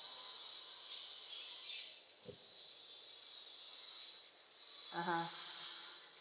(uh huh)